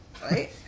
Right